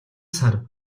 сар